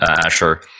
Asher